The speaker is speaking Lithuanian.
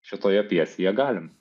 šitoje pjesėje galim